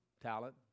talent